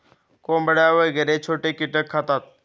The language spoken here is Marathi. कोंबड्या वगैरे छोटे कीटक खातात